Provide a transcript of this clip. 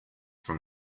from